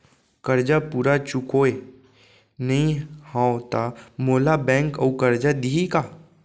करजा पूरा चुकोय नई हव त मोला बैंक अऊ करजा दिही का?